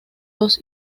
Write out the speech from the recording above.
dos